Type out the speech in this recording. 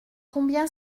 combien